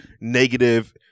negative